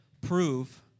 prove